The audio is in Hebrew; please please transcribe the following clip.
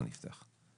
כבר נפתח.